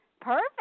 perfect